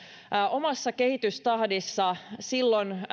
omassa kehitystahdissaan silloin